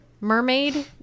mermaid